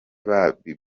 babwiwe